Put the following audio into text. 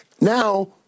Now